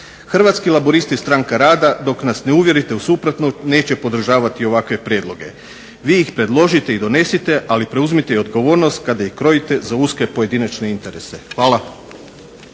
Hrvatski laburisti-Stranka rada, dok nas ne uvjerite u suprotno, neće podržavati ovakve prijedloge. Vi ih predložite i donesite, ali i preuzmite odgovornost kada ih krojite za uske pojedinačne interese. Hvala.